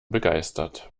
begeistert